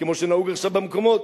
כמו שנהוג עכשיו במקומות,